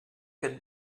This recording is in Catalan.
fet